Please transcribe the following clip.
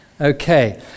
Okay